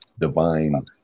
divine